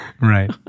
right